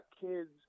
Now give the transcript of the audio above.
kids